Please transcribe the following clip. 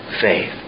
faith